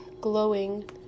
glowing